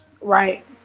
Right